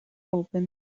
open